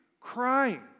Crying